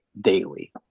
daily